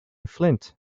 flint